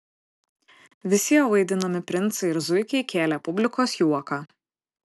visi jo vaidinami princai ir zuikiai kėlė publikos juoką